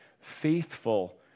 faithful